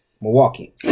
Milwaukee